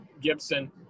Gibson